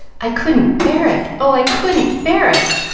i couldn't bear it oh, i couldn't bear it!